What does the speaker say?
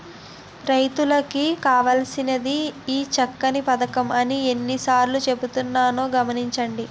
రైతులందరికీ కావాల్సినదే ఈ చక్కని పదకం అని ఎన్ని సార్లో చెబుతున్నారు గమనించండి